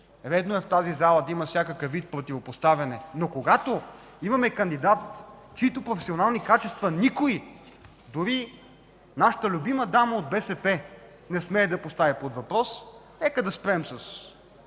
редно е в тази зала да има всякакъв вид противопоставяне, но когато имаме кандидат, чийто професионални качества никой, дори нашата любима дама от БСП не смее да поставя под въпрос, нека да спрем с